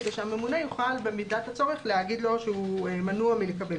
כדי שהממונה יוכל במידת הצורך להגיד לו שהוא מנוע מלקבל,